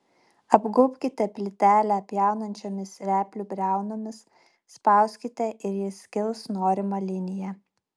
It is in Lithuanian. apgaubkite plytelę pjaunančiomis replių briaunomis spauskite ir ji skils norima linija